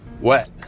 wet